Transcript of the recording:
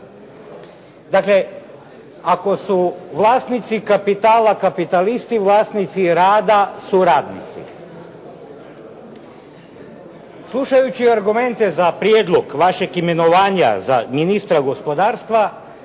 Dakle, ako su vlasnici kapitala kapitalisti vlasnici rada su radnici. Slušajući argumente za prijedlog vašeg imenovanja za ministra gospodarstva